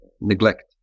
neglect